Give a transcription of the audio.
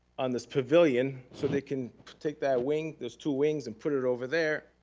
on this pavilion so they can take that wing, those two wings, and put it over there.